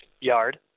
yard